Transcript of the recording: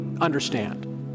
understand